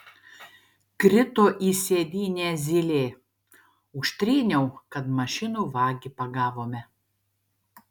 krito į sėdynę zylė užtryniau kad mašinų vagį pagavome